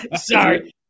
Sorry